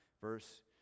verse